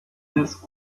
des